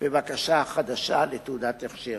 בבקשה החדשה לתעודת הכשר.